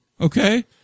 okay